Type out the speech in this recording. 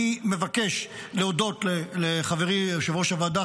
אני מבקש להודות לחברי יושב-ראש הוועדה,